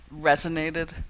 resonated